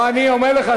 אני אומר לך,